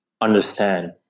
understand